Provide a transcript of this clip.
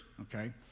okay